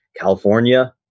California